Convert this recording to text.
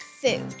food